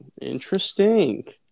Interesting